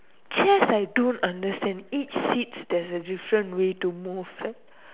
chess I don't understand eight seats there is a different way to move